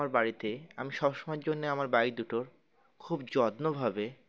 আমার বাড়িতে আমি সব সময়ের জন্যে আমার বাড়ি দুটোর খুব যত্নভাবে